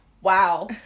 wow